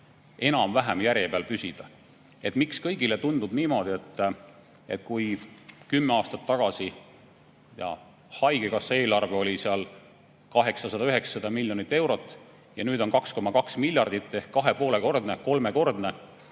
enam-vähem järje peal püsida. Miks kõigile tundub niimoodi, et kui kümme aastat tagasi haigekassa eelarve oli 800–900 miljonit eurot ja nüüd on 2,2 miljardit ehk kahe ja poole kordne, kolmekordne,